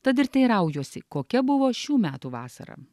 tad ir teiraujuosi kokia buvo šių metų vasara